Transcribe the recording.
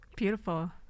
beautiful